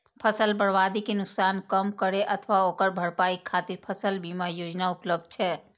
फसल बर्बादी के नुकसान कम करै अथवा ओकर भरपाई खातिर फसल बीमा योजना उपलब्ध छै